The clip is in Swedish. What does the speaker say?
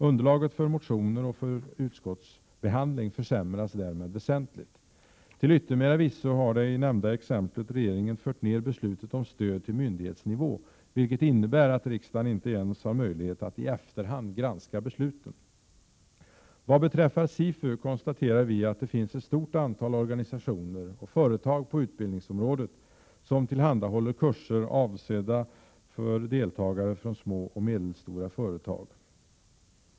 Underlaget för motioner och för utskottsbehandling försämras därmed väsentligt. Till yttermera visso har i det nämnda exemplet regeringen fört ned besluten om stöd till myndighetsnivå, vilket innebär att riksdagen inte ens har möjlighet att i efterhand granska besluten. Vad beträffar SIFU konstaterar vi att det finns ett stort antal organisationer och företag på utbildningsområdet som tillhandahåller kurser avsedda främst för deltagare från små och medelstora företag.